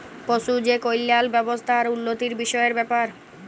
পশু যে কল্যাল ব্যাবস্থা আর উল্লতির বিষয়ের ব্যাপার